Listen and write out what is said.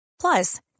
Plus